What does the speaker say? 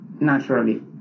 naturally